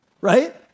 Right